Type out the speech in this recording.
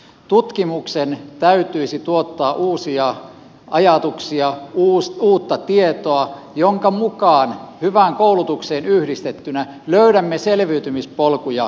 tutkimuksen täytyisi tuottaa uusia ajatuksia uutta tietoa jonka avulla hyvään koulutukseen yhdistettynä löydämme selviytymispolkuja tulevaisuuteen